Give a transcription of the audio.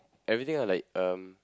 everything lah like um